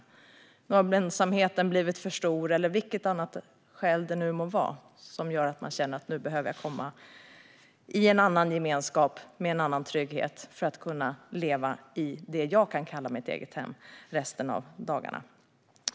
Ensamheten kanske har blivit för stor, eller så finns det något annat skäl som gör att man känner att man behöver komma in i en annan gemenskap med en annan trygghet för att kunna leva resten av sina dagar i det man kan kalla sitt eget hem.